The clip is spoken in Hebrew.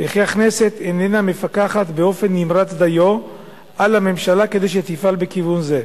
וכי הכנסת איננה מפקחת באופן נמרץ דיו על הממשלה כדי שתפעל בכיוון זה.